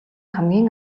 хамгийн